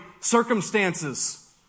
circumstances